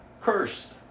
Cursed